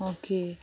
okay